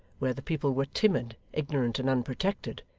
where the people were timid, ignorant, and unprotected.